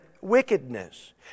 wickedness